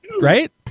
right